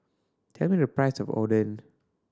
tell me the price of Oden